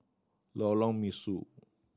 Lorong Mesu